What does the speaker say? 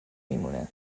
میمونه